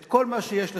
את כל מה שיש לחיילים,